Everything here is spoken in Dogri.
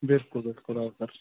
बिल्कुल बिल्कुल आओ सर